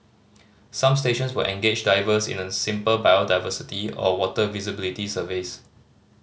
some stations will engage divers in a simple biodiversity or water visibility surveys